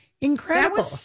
incredible